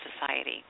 society